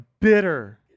bitter